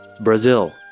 Brazil